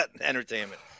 entertainment